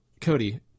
Cody